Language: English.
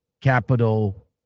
capital